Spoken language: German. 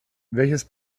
welches